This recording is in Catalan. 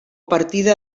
partida